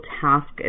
task